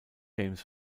james